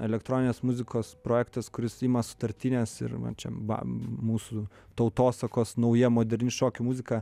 elektroninės muzikos projektas kuris ima sutartines ir va čia bam mūsų tautosakos nauja moderni šokių muzika